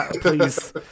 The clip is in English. please